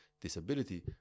disability